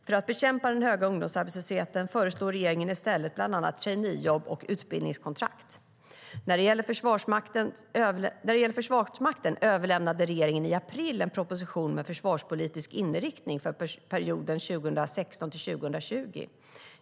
För att bekämpa den höga ungdomsarbetslösheten föreslår regeringen i stället bland annat traineejobb och utbildningskontrakt. När det gäller Försvarsmakten överlämnade regeringen i april en proposition med försvarspolitisk inriktning för perioden 2016-2020.